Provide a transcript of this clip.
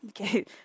Okay